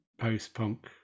post-punk